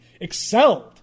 excelled